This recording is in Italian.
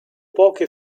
poche